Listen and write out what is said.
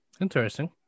Interesting